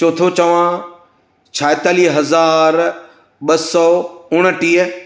चोथों चवां छाएतालीह हज़ार ॿ सौ उणटीह